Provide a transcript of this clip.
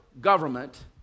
government